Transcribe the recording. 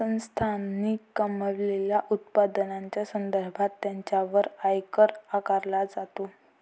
संस्थांनी कमावलेल्या उत्पन्नाच्या संदर्भात त्यांच्यावर आयकर आकारला जातो